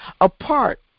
Apart